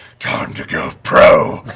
time to go pro!